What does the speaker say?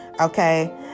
Okay